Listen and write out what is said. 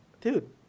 dude